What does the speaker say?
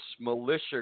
militia